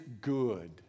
good